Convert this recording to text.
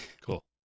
Cool